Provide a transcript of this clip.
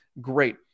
great